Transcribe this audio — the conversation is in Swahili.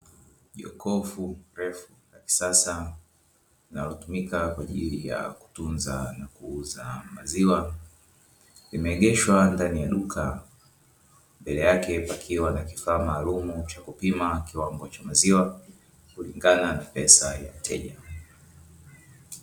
Jokofu refu la kisasa linalotumika kwa ajili ya kutunza na kuuza maziwa limeegeshwa ndani ya duka, mbele yake pakiwa na kifaa maalum cha kupima kiwango cha maziwa kulingana na pesa ya mteja.